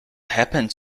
happened